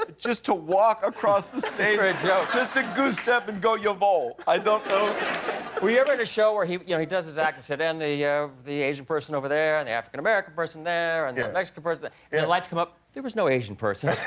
like just to walk across the stage ah just to goose step and go jawohl i don't know were you ever at a show where he, you know he does his act and said, and yeah the asian person over there, the and african american person there, and the mexican person the lights come up there was no asian person.